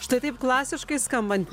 štai taip klasiškai skambant